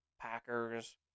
Packers